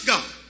God